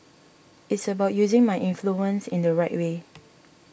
it's about using my influence in the right way